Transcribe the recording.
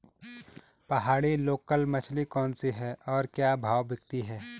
पहाड़ी लोकल मछली कौन सी है और क्या भाव बिकती है?